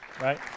Right